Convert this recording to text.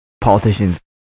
politicians